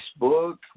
Facebook